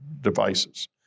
devices